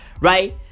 Right